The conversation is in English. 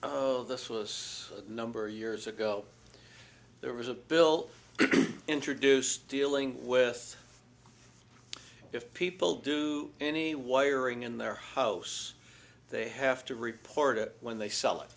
so this was a number of years ago there was a bill introduced dealing with if people do any wiring in their house they have to report it when they sell it